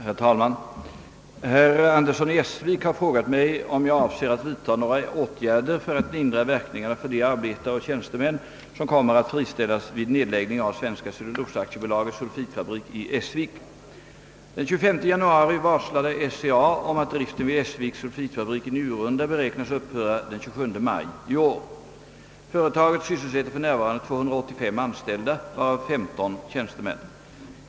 Herr talman! Herr Andersson i Essvik har frågat mig, om jag avser att vidta några åtgärder för att lindra verkningarna för de arbetare och tjänstemän som kommer att friställas vid nedläggning av Svenska cellulosaaktiebolagets sulfitfabrik i Essvik. Den 25 januari varslade SCA om att driften vid Essviks sulfitfabrik i Njurunda beräknas upphöra den 27 maj i år. Företaget sysselsätter för närvarande 285 anställda varav 15 tjänstemän.